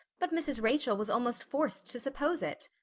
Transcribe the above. but mrs. rachel was almost forced to suppose it.